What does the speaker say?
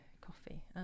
Coffee